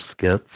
skits